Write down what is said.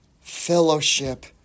fellowship